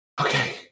Okay